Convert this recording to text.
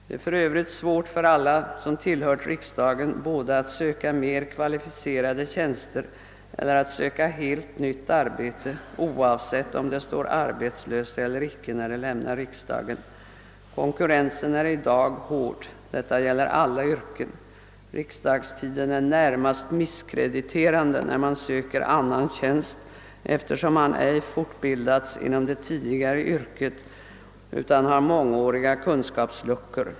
Det är för övrigt svårt för alla som tillhört riksdagen att söka mer kvalificerade tjänster eller helt nytt arbete, oavsett om de står arbetslösa eller icke när de lämnar riksdagen. Konkurrensen är i dag hård; detta gäller alla yrken. Riksdagstiden är närmast misskrediterande, när man söker annan tjänst, eftersom man ej fortbildats inom det tidigare yrket utan har mångåriga kunskapsluckor.